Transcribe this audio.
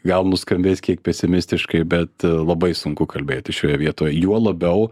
gal nuskambės kiek pesimistiškai bet labai sunku kalbėti šioje vietoj juo labiau